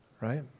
right